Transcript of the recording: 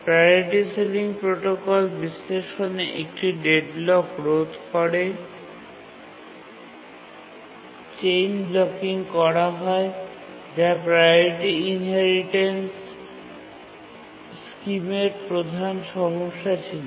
priority ceiling protocol বিশ্লেষণে এটি deadlock রোধ করে চেইন ব্লক করা হয় যা প্রাওরিটি ইনহেরিটেন্স স্কিমের প্রধান সমস্যা ছিল